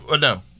No